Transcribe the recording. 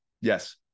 Yes